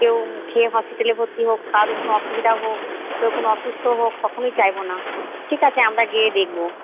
কেউ খেয়ে হসপিটালে ভর্তি হোক কারোর কোনো অসুবিধা হোক কেউ কোনো অসুস্থ হোক কখনোই চাইবো না ঠিক আছে আমরা গিয়ে দেখবো